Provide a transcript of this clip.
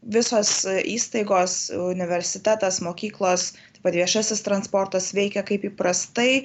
visos įstaigos universitetas mokyklos taip pat viešasis transportas veikia kaip įprastai